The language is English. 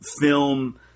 film